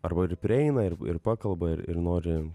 arba ir prieina ir ir pakalba ir ir nori